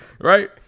Right